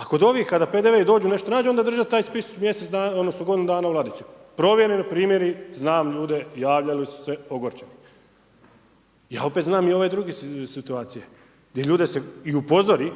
A kod ovih, kada PDV dođe …/Govornik se ne razumije./… onda drže taj spis godinu dana u ladici, provjereno primjeri, znam ljude, javljali su se ogorčeno. Ja opet znam i ove druge situacije, gdje ljude se i upozori,